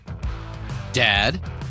Dad